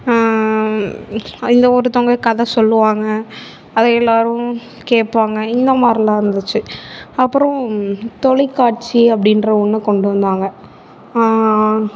இந்த ஒருத்தவங்க கதை சொல்லுவாங்க அதை எல்லாேரும் கேட்பாங்க இந்த மாதிரிலாம் இருந்துச்சு அப்புறம் தொலைக்காட்சி அப்படின்ற ஒன்றை கொண்டு வந்தாங்க